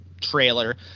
trailer